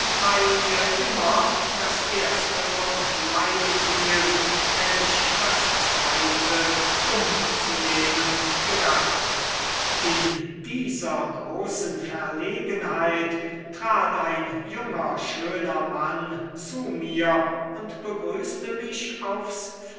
weil mir immer das erste vom leibe fiel wenn ich das zweite umzunehmen gedachte in dieser großen verlegenheit trat ein junger schöner mann zu mir und begrüßte mich aufs